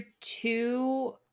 two